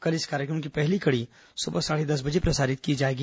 कल इस कार्यक्रम की पहली कड़ी सुबह साढ़े दस बजे से प्रसारित की जाएगी